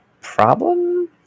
problem